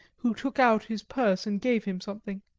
who took out his purse and gave him something.